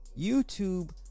youtube